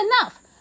enough